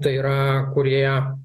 tai yra kurie